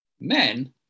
men